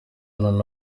noneho